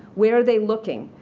where are they looking?